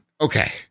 Okay